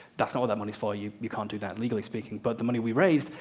that's not what that money's for. you you can't do that legally speaking. but the money we raised,